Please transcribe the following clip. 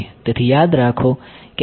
તેથી યાદ રાખો કે આ સમગ્ર ટર્મ કહેવાય છે